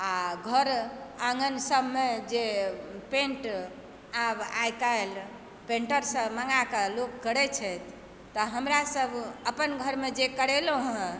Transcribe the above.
आ घर आङ्गन सभमे जे पेण्ट आब आइकाल्हि पेन्टरसँ मँगाके लोग करय छथि तऽ हमरासभ अपन घरमे जे करेलहुँ हँ